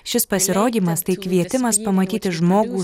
šis pasirodymas tai kvietimas pamatyti žmogų